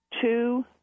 two